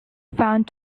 found